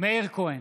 מאיר כהן,